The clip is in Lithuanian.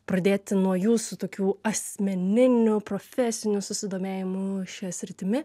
pradėti nuo jų su tokiu asmeninių profesinių susidomėjimų šia sritimi